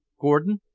gordon,